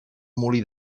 molí